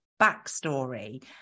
backstory